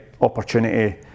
opportunity